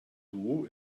duo